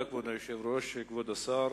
כבוד היושב-ראש, תודה, כבוד השר,